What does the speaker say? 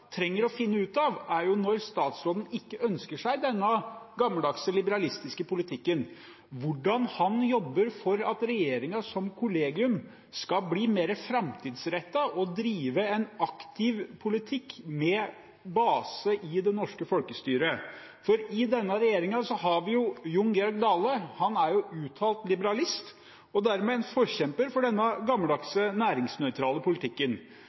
trenger å finne ut av – når statsråden ikke ønsker seg denne gammeldagse, liberalistiske politikken – er hvordan han jobber for at regjeringen som kollegium skal bli mer framtidsrettet og drive en aktiv politikk med base i det norske folkestyret. For i denne regjeringen har vi Jon Georg Dale, som er uttalt liberalist og dermed en forkjemper for denne gammeldagse, næringsnøytrale politikken.